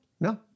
No